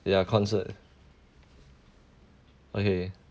ya concert okay